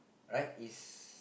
right is